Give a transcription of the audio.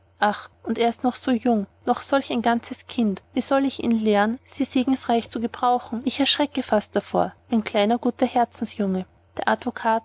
ach und er ist noch so jung noch solch ein ganzes kind wie soll ich ihn lehren sie segensreich zu gebrauchen ich erschrecke fast davor mein kleiner guter herzensjunge der advokat